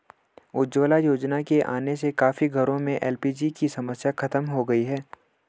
उज्ज्वला योजना के आने से काफी घरों में एल.पी.जी की समस्या खत्म हो गई